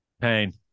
Pain